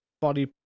body